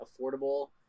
affordable